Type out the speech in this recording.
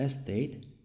estate